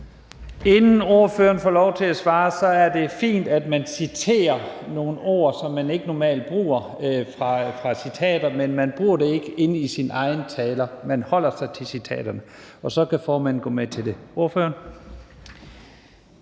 Inden ordføreren får lov til at svare, vil jeg sige, at det er fint at citere nogle ord, som man ikke normalt bruger, men man bruger det ikke inde i sine egne taler. Man holder sig til citaterne, og så kan formanden gå med til det. Så er